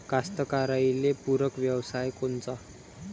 कास्तकाराइले पूरक व्यवसाय कोनचा?